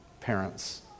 parents